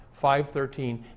5.13